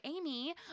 Amy